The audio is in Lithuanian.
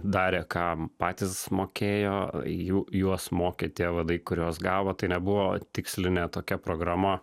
darė ką patys mokėjo jų juos mokė tie vadai kuriuos gavo tai nebuvo tikslinė tokia programa